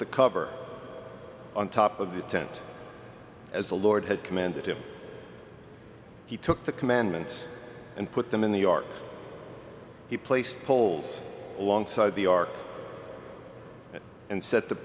the cover on top of the tent as the lord had commanded him he took the commandments and put them in the ark he placed poles alongside the ark and set the